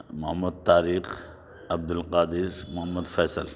Muhammad Tariq Abdul Qadir Muhammad Faisal